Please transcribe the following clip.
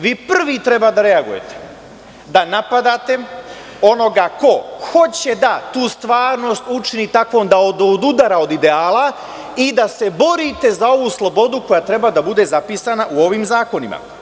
Vi prvi treba da reagujete, da napadate onoga ko hoće tu stvarnost da učini takvom da odudara od ideala i da se borite za ovu slobodu koja treba da bude zapisana u ovim zakonima.